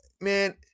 Man